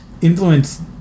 influence